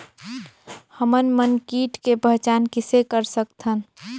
हमन मन कीट के पहचान किसे कर सकथन?